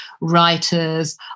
writers